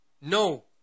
no